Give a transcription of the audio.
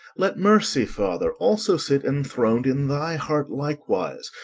let mercy, father, also sit enthroned in thy heart likewise.